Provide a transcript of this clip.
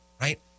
Right